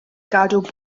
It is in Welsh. gadw